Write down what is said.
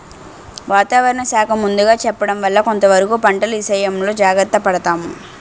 వాతావరణ శాఖ ముందుగా చెప్పడం వల్ల కొంతవరకు పంటల ఇసయంలో జాగర్త పడతాము